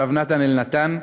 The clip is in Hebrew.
הרב נתן אלנתן,